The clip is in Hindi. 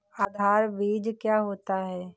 आधार बीज क्या होता है?